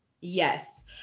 Yes